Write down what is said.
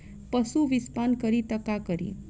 पशु विषपान करी त का करी?